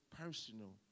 personal